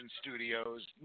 Studios